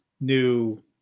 new